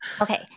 Okay